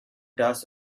does